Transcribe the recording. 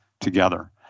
together